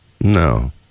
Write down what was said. No